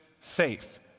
safe